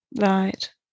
Right